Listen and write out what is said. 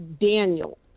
daniel